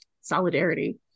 Solidarity